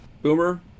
Boomer